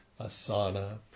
asana